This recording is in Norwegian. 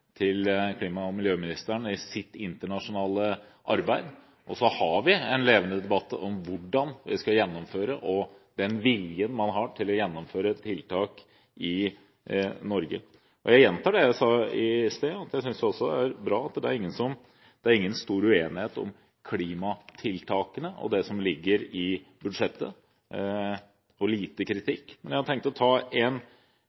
til klima- og miljøministeren i hennes internasjonale arbeid. Og vi har en levende debatt om hvordan vi skal gjennomføre tiltak, og om den viljen man har til å gjennomføre tiltak i Norge. Jeg gjentar det jeg sa i stad, at jeg synes også det er bra at det ikke er noen stor uenighet om klimatiltakene og det som ligger i budsjettet, og lite